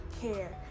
care